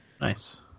nice